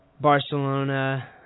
Barcelona